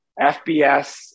FBS